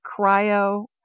cryo